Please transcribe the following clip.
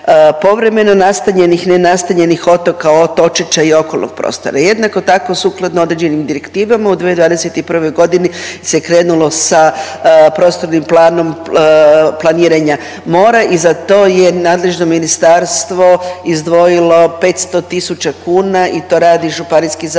povremeno nastanjenih i nenastanjenih otoka, otočića i okolnog prostora. Jednako tako sukladno određenim direktivama u 2021.g. se krenulo sa prostornim planom planiranja mora i za to je nadležno ministarstvo izdvojilo 500 tisuća kuna i to radi Županijski zavod